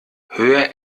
hör